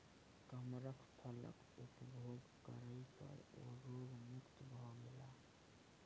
कमरख फलक उपभोग करै पर ओ रोग मुक्त भ गेला